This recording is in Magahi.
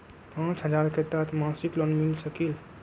पाँच हजार के तहत मासिक लोन मिल सकील?